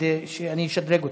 כדי שאני אשדרג אותך.